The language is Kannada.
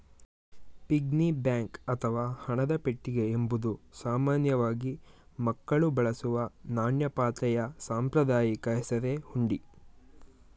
ಪಿಗ್ನಿ ಬ್ಯಾಂಕ್ ಅಥವಾ ಹಣದ ಪೆಟ್ಟಿಗೆ ಎಂಬುದು ಸಾಮಾನ್ಯವಾಗಿ ಮಕ್ಕಳು ಬಳಸುವ ನಾಣ್ಯ ಪಾತ್ರೆಯ ಸಾಂಪ್ರದಾಯಿಕ ಹೆಸರೇ ಹುಂಡಿ